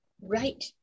Right